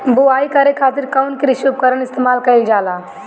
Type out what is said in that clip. बुआई करे खातिर कउन कृषी उपकरण इस्तेमाल कईल जाला?